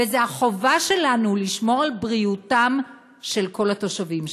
וזו החובה שלנו לשמור על בריאותם של כל התושבים שם.